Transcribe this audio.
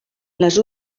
les